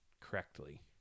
correctly